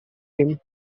team